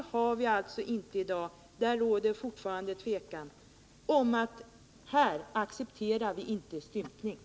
Så har inte skett, utan här råder det osäkerhet om huruvida vi accepterar stympning eller ej.